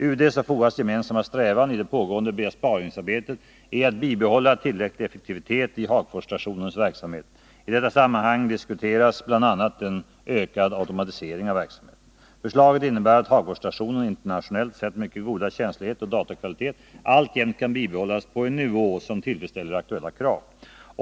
UD:s och FOA:s gemensamma strävan i det pågående besparingsarbetet är att bibehålla tillräcklig effektivitet i Hagforsstationens verksamhet. I detta sammanhang diskuteras bl.a. en ökad automatisering av verksamheten. Förslaget innebär att Hagforsstationens internationellt sett mycket goda känslighet och datakvalitet alltjämt kan bibehållas på en nivå som tillfredsställer aktuella krav.